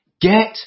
Get